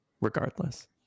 regardless